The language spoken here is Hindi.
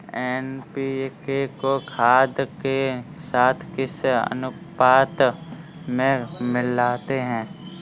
एन.पी.के को खाद के साथ किस अनुपात में मिलाते हैं?